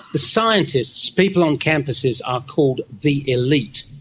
the scientists, people on campuses are called the elite.